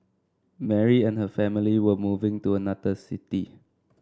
Mary and her family were moving to another city